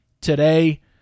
today